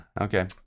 Okay